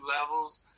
levels